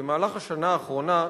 במהלך השנה האחרונה,